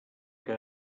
que